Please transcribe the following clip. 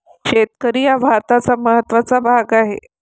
शेतकरी हा भारताचा महत्त्वाचा भाग आहे